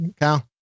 Kyle